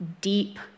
deep